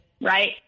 right